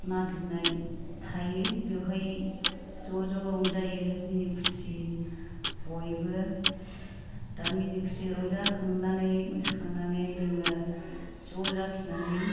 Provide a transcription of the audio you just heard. मागिनाय थायो बेवहाय ज' ज' रंजायो मिनि खुसि बयबो दा मिनि खुसि रंजाखांनानै मोसाखांनानै जोङो ज' जाफिननानै